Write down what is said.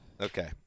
Okay